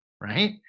right